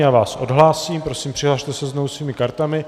Já vás odhlásím, prosím přihlaste se znovu svými kartami.